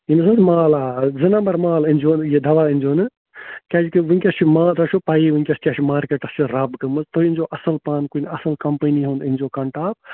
ییٚمِس حظ مال آ زٕ نَمبَر مال أنۍزیو نہٕ یہِ دَوا أنۍزیو نہٕ کیٛازِکہِ وٕنۍکٮ۪س چھِ ما تۄہہِ چھو پَیی وٕنۍکٮ۪س کیٛاہ چھُ مارکٮ۪ٹَس چھِ رَب گٔمٕژ تُہۍ أنۍزیو اَصٕل پَہَن کُنہِ اَصٕل کَمپٔنی ہُنٛد أنۍزیو کَنٹاپ